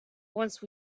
once